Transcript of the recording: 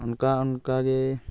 ᱚᱱᱠᱟ ᱚᱱᱠᱟᱜᱮ